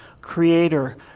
creator